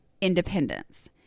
independence